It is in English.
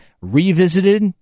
revisited